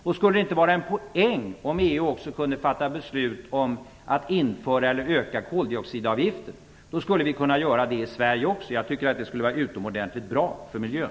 Och skulle det inte vara en poäng om EU också kunde fatta beslut om att införa eller höja koldioxidavgiften? Då skulle vi kunna göra det i Sverige också. Jag tycker att det skulle vara utomordentligt bra för miljön.